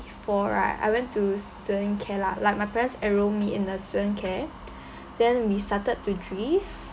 four right I went to student care lah like my parents enroll me in the student care then we started to drift